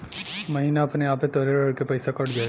महीना अपने आपे तोहरे ऋण के पइसा कट जाई